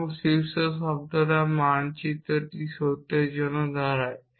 এবং শীর্ষ সর্বদা মানচিত্রটি সত্যের জন্য দাঁড়ায়